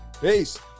peace